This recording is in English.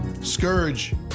Scourge